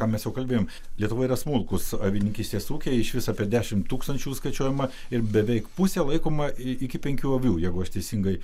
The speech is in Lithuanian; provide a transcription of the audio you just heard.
ką mes jau kalbėjom lietuvoje yra smulkūs avininkystės ūkiai išvis apie dešimt tūkstančių skaičiuojama ir beveik pusė laikoma iki penkių avių jeigu aš teisingai